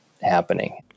happening